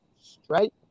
straight